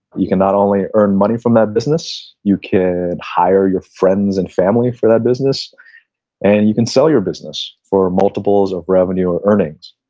you can not only earn money from that business. you could and hire your friends and family for that business and you can sell your business for multiples of revenue or earnings,